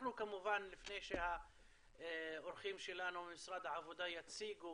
לפני שהאורחים שלנו ממשרד העבודה יציגו